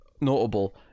notable